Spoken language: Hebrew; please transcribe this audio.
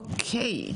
אוקי,